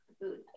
food